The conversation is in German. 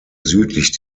südlich